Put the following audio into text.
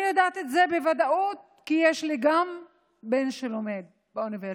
אני יודעת את זה בוודאות כי גם לי יש בן שלומד באוניברסיטה.